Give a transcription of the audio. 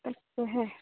তাকে হে